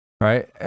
right